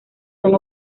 son